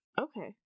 okay